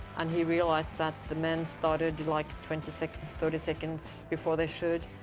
and he realized that the men started, like, twenty seconds, thirty seconds before they should.